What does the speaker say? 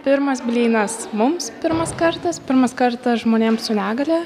pirmas blynas mums pirmas kartas pirmas kartas žmonėms su negalia